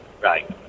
right